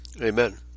Amen